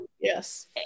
yes